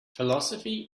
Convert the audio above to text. philosophy